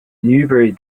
newbury